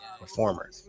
performer